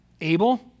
Abel